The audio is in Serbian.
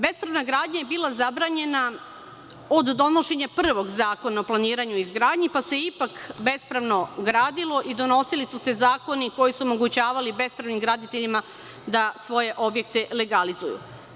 Bespravna gradnja je bila zabranjena od donošenja prvog Zakona o planiranju i izgradnji, pa se ipak bespravno gradilo i donosili su se zakoni koji su omogućavali bespravnim graditeljima da svoje objekte legalizuju.